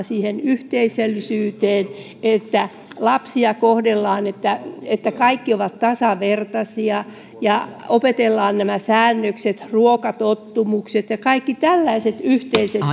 siihen yhteisöllisyyteen ja että lapsia kohdellaan niin että kaikki ovat tasavertaisia ja opetellaan nämä säännökset ruokatottumukset ja kaikki tällaiset yhteisesti